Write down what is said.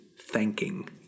thanking